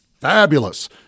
fabulous